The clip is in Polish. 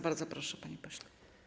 Bardzo proszę, panie pośle.